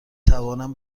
توانم